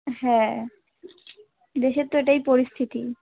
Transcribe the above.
হ্যাঁ দেশের তো এটাই পরিস্থিতি